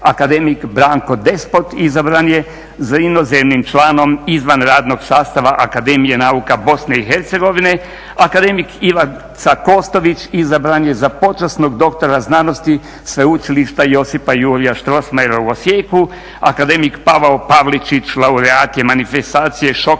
Akademik Branko Despot izabran je za inozemnim članom izvan radnog sastava Akademije nauka Bosne i Hercegovine. Akademik Ivica Kostović izabran je za počasnog doktora znanosti Sveučilišta Josipa Jurja Strossmayera u Osijeku. Akademik Pavao Pavličić laureat je manifestacije Šokačka